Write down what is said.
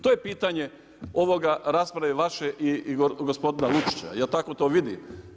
To je pitanje ove rasprave vaše i gospodina Lučića jer tako vidim.